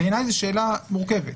בעיני זו שאלה מורכבת.